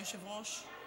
היושב-ראש.